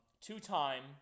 two-time